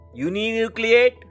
uninucleate